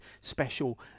special